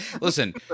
Listen